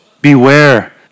Beware